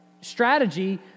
strategy